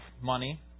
money